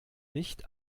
nicht